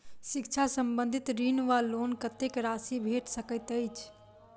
शिक्षा संबंधित ऋण वा लोन कत्तेक राशि भेट सकैत अछि?